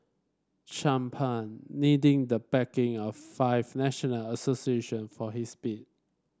champagne needing the backing of five national association for his bid